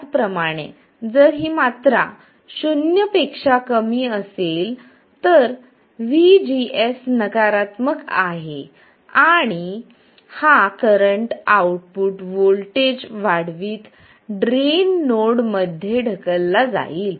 त्याचप्रमाणे जर ही मात्रा शून्य पेक्षा कमी असेल तर vgs नकारात्मक आहे आणि हा करंट आउटपुट व्होल्टेज वाढवित ड्रेन नोड मध्ये ढकलला जाईल